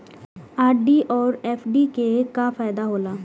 RD और FD के का फायदा हौला?